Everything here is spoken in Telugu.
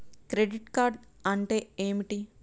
క్రెడిట్ కార్డ్ అంటే ఏమిటి?